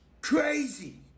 crazy